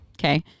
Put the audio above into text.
Okay